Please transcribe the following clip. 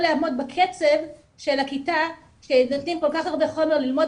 לעמוד בקצב של הכיתה שנותנים כל כך הרבה חומר ללמוד,